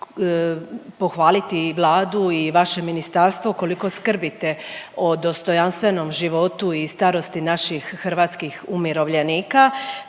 Hvala vam./…